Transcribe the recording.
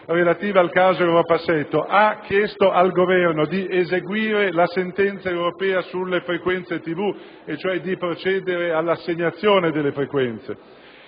relativa al caso Europa 7, ha chiesto al Governo di eseguire la sentenza europea sulle frequenze televisive, cioè di procedere all'assegnazione delle frequenze.